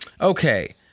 Okay